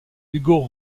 hugo